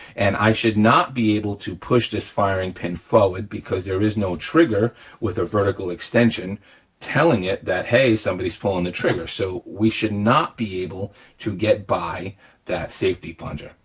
and i should not be able to push this firing pin forward because there is no trigger with a vertical extension telling it that, hey, somebody's pulling the trigger. so we should not be able to get by that safety plunger,